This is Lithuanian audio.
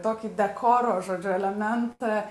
tokį dekoro žodžiu elementą